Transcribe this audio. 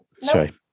Sorry